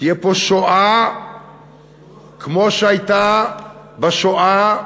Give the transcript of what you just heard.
תהיה פה שואה כמו שהייתה השואה,